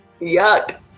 Yuck